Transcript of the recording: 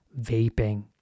vaping